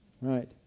right